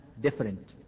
different